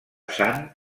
sant